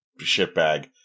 shitbag